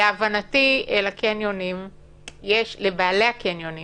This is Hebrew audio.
להבנתי, לבעלי הקניונים